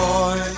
Boy